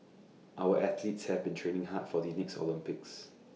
our athletes have been training hard for the next Olympics